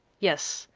yes,